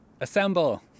assemble